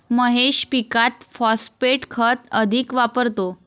महेश पीकात फॉस्फेट खत अधिक वापरतो